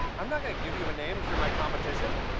i'm not gonna give you ah name if you're my competition.